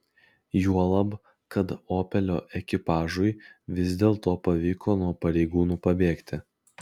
juolab kad opelio ekipažui vis dėlto pavyko nuo pareigūnų pabėgti